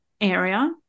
area